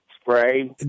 spray